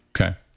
Okay